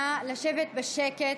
נא לשבת בשקט,